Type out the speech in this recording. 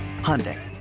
Hyundai